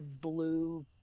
blue